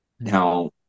Now